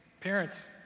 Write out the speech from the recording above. parents